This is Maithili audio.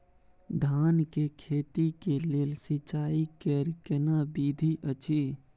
धान के खेती के लेल सिंचाई कैर केना विधी अछि?